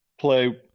play